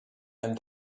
and